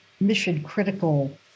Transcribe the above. mission-critical